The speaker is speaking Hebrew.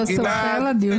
אתה תדבר לעניין,